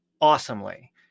awesomely